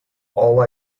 all